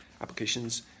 applications